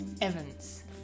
Evans